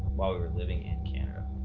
while we were living in canada.